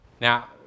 Now